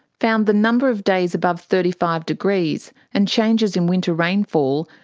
found the number of days above thirty five degrees, and changes in winter rainfall,